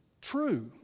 true